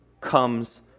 comes